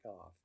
off